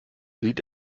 sieht